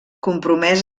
compromès